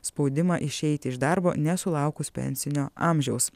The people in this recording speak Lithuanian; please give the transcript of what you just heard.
spaudimą išeiti iš darbo nesulaukus pensinio amžiaus